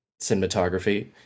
cinematography